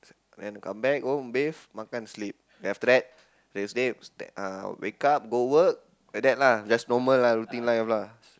and come back home bathe makan sleep then after the next day uh wake up go work like that lah just normal lah routine life lah